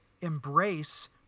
embrace